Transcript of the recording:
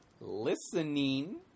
listening